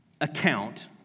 account